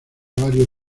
varios